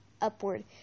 upward